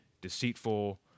deceitful